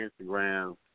Instagram